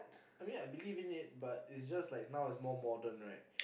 I mean I believe in it but it's just like now is more modern right